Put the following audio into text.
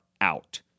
out